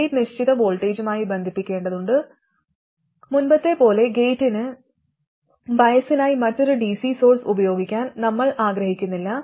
gate നിശ്ചിത വോൾട്ടേജുമായി ബന്ധിപ്പിക്കേണ്ടതുണ്ട് മുമ്പത്തെപ്പോലെ ഗേറ്റിന്റെ ബയസിനായി മറ്റൊരു dc സോഴ്സ് ഉപയോഗിക്കാൻ നമ്മൾ ആഗ്രഹിക്കുന്നില്ല